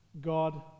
God